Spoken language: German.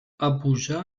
abuja